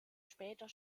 später